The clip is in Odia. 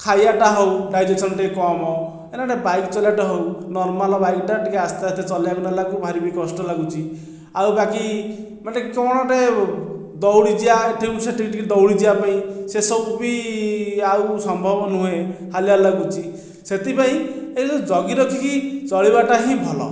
ଖାଇବାଟା ହେଉ ଡାଇଜେସନ ଟିକିଏ କମ ଏଇନା ଗୋଟେ ବାଇକ୍ ଚଲେଇବାଟା ହେଉ ନର୍ମାଲ ବାଇକଟା ଟିକେ ଆସ୍ତେ ଆସ୍ତେ ଚଲେଇବାକୁ ନେଲାକୁ ଭାରି ବି କଷ୍ଟ ଲାଗୁଚି ଆଉ ବାକି ମାନେ କଣଟେ ଦଉଡ଼ି ଯିବା ଏଠୁ ସେଠିକି ଟିକେ ଦଉଡ଼ି ଯିବା ପାଇଁ ସେସବୁ ବି ଆଉ ସମ୍ଭବ ନୁହେଁ ହାଲିଆ ଲାଗୁଚି ସେଥିପାଇଁ ଏଇ ଯୋଉ ଜଗି ରଖିକି ଚଳିବାଟା ହିଁ ଭଲ